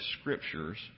scriptures